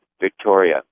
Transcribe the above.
Victoria